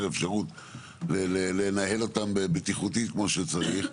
האפשרות לנהל אותם בטיחותית כמו שצריך,